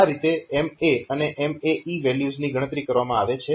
તો આ રીતે MA અને MAE વેલ્યુઝની ગણતરી કરવામાં આવે છે